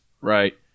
Right